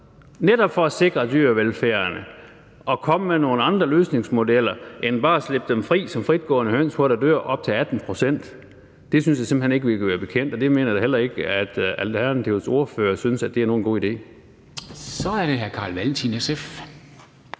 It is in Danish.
netop at sikre dyrevelfærden at komme med nogle andre løsningsmodeller end bare at slippe dem fri som fritgående høns, hvor der dør op til 18 pct. Det synes jeg simpelt hen ikke vi kan være bekendt, og det mener jeg da heller ikke at Alternativets ordfører kan synes er nogen god idé. Kl. 13:28 Formanden